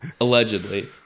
Allegedly